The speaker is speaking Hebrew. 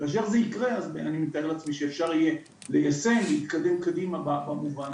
כשזה יקרה אני מתאר לעצמי שאפשר יהיה ליישם ולהתקדם קדימה במובן הזה.